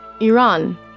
Iran